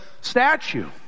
statue